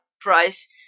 price